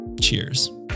Cheers